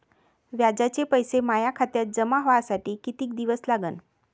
व्याजाचे पैसे माया खात्यात जमा व्हासाठी कितीक दिवस लागन?